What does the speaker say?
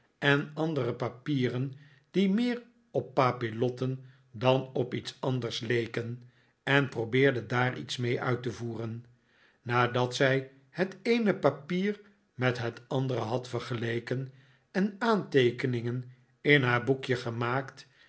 en andere papieren die meer op papillotten dan op iets anders leken en probeerde daar iets mee uit te voeren nadat zij het eene papier met het andere had vergeleken en aanteekeningen in haar boekje gemaakt